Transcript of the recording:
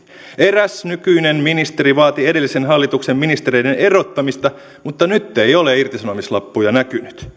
eräs nykyinen ministeri vaati edellisen hallituksen ministereiden erottamista mutta nyt ei ole irtisanomislappuja näkynyt